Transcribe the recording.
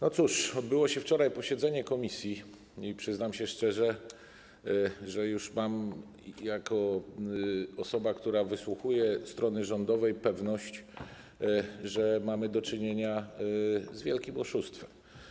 No cóż, odbyło się wczoraj posiedzenie komisji i przyznam szczerze, że już mam - jako osoba, która wysłuchuje strony rządowej - pewność, że mamy do czynienia z wielkim oszustwem.